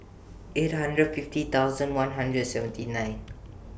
eight hundred fifty thousand one hundred seventy nine